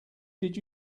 did